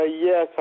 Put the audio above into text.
Yes